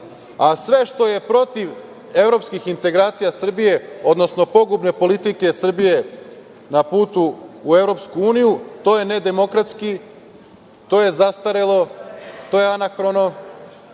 a sve što je protiv evropskih integracija Srbije, odnosno pogubne politike Srbije na putu u EU, to je nedemokratski, to je zastarelo, to je anahrono,